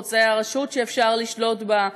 הוא רוצה רשות שאפשר לשלוט בה.